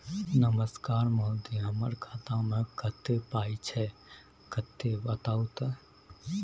नमस्कार महोदय, हमर खाता मे कत्ते पाई छै किन्ने बताऊ त?